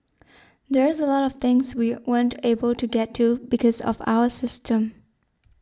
there's a lot of things we weren't able to get to because of our system